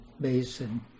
basin